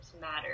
matter